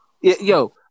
Yo